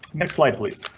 next slide, please.